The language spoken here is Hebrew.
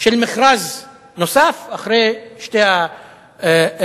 של מכרז נוסף אחרי שתי הקדנציות